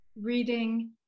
reading